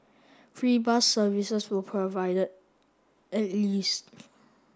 free bus services were provided at least